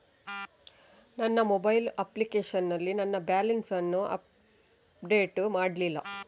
ನನ್ನ mobile application ನಲ್ಲಿ ನನ್ನ ಬ್ಯಾಲೆನ್ಸ್ ಅನ್ನು ಅಪ್ಡೇಟ್ ಮಾಡ್ಲಿಲ್ಲ